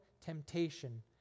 temptation